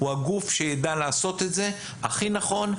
הוא הגוף שיידע לעשות את זה כי נכון,